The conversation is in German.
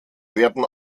werden